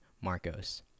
Marcos